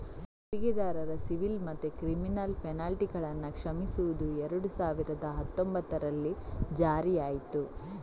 ತೆರಿಗೆದಾರರ ಸಿವಿಲ್ ಮತ್ತೆ ಕ್ರಿಮಿನಲ್ ಪೆನಲ್ಟಿಗಳನ್ನ ಕ್ಷಮಿಸುದು ಎರಡು ಸಾವಿರದ ಹತ್ತೊಂಭತ್ತರಲ್ಲಿ ಜಾರಿಯಾಯ್ತು